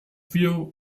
wir